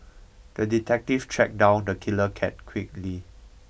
the detective tracked down the killer cat quickly